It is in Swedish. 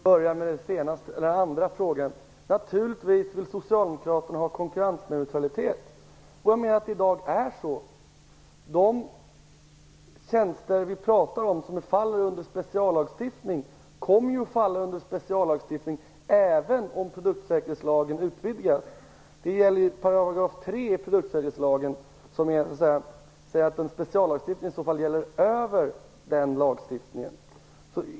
Fru talman! Låt mig börja med den andra frågan. Socialdemokraterna vill naturligtvis ha konkurrensneutralitet. Jag menar att det finns i dag. De tjänster vi pratar om, som faller under en speciallagstiftning, kommer ju att falla under en speciallagstiftning även om produktsäkerhetslagen utvidgas. Detta gäller ju 3 § i produktsäkerhetslagen som säger att en speciallagstiftning gäller över den lagstiftningen.